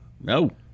No